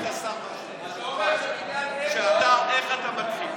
אני רוצה להגיד לשר: איך אתה מתחיל?